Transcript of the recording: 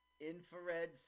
Infrared